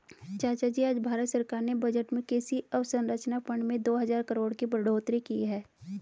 चाचाजी आज भारत सरकार ने बजट में कृषि अवसंरचना फंड में दो हजार करोड़ की बढ़ोतरी की है